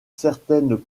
certaines